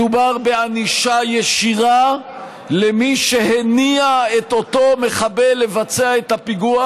מדובר בענישה ישירה למי שהניע את אותו מחבל לבצע את הפיגוע,